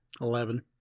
eleven